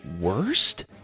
Worst